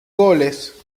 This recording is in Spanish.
goles